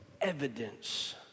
evidence